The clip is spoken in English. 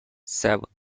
seven